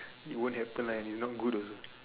it won't happen lah and it's not good also